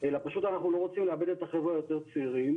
אלא פשוט אנחנו לא רוצים לאבד את החבר'ה היותר צעירים,